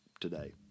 today